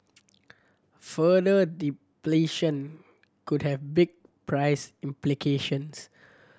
further depletion could have big price implications